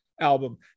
album